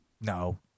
no